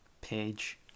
page